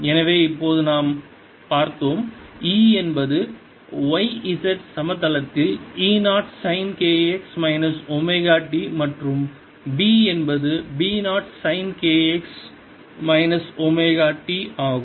எனவே இப்போது நாம் பார்த்தோம் E என்பது yz சமதளத்தில் E 0 sine k x minus omega t மற்றும் B என்பது B 0 sine k x minus omega t ஆகும்